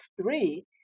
three